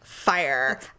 fire